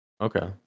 Okay